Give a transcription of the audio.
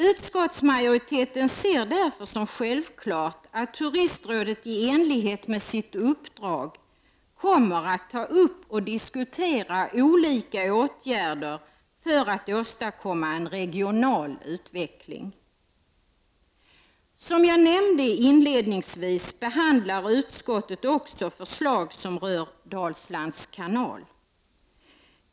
Utskottsmajoriteten ser det därför som självklart att turistrådet i enlighet med sitt uppdrag kommer att ta upp och diskutera olika åtgärder för att åstadkomma en regional utveckling. Som jag nämnde inledningsvis behandlar utskottet också förslag som rör Dalslands kanal.